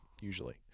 usually